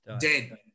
Dead